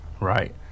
right